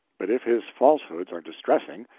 but if his falsehoods are distressing,